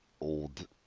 old